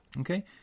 Okay